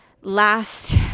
last